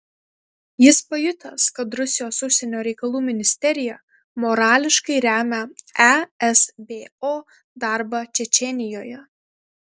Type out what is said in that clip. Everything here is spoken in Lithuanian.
jis pajutęs kad rusijos užsienio reikalų ministerija morališkai remia esbo darbą čečėnijoje